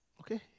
okay